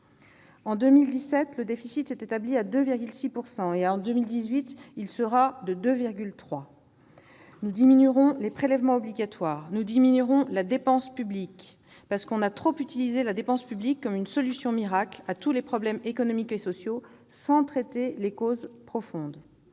En 2017, le déficit s'est établi à 2,6 % du PIB. En 2018, il sera de 2,3 %. Nous diminuerons les prélèvements obligatoires et la dépense publique, une dépense publique que l'on a trop souvent utilisée comme une solution miracle à tous les problèmes économiques et sociaux, sans traiter les causes profondes.